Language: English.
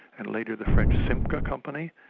and later the french simca company,